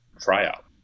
tryout